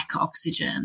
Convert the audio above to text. oxygen